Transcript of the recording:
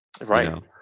Right